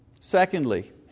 Secondly